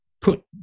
put